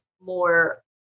more